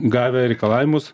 gavę reikalavimus